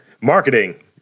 Marketing